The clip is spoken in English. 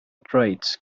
traits